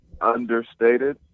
understated